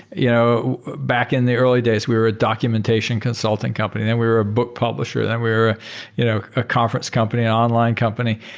you know back in the early days we were a documentation consulting company, then we were a book publisher, then we were you know a conference company, an online company.